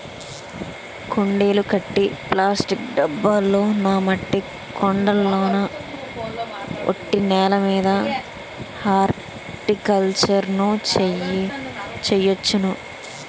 కుండీలు కట్టి ప్లాస్టిక్ డబ్బాల్లోనా మట్టి కొండల్లోన ఒట్టి నేలమీద హార్టికల్చర్ ను చెయ్యొచ్చును